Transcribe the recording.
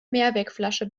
mehrwegflasche